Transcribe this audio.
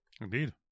indeed